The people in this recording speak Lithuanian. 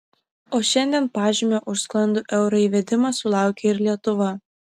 o šiandien pažymio už sklandų euro įvedimą sulaukė ir lietuva